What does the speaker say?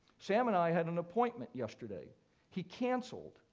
sam and i had an appointment yesterday he cancelled.